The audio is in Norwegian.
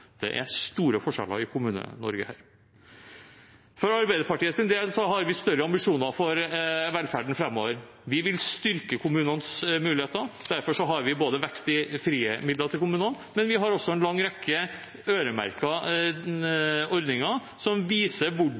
Det er store forskjeller i Kommune-Norge her. For Arbeiderpartiets del har vi større ambisjoner for velferden framover. Vi vil styrke kommunenes muligheter. Derfor har vi ikke bare vekst i frie midler til kommunene, men vi har også en lang rekke øremerkede ordninger som viser